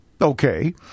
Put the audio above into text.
Okay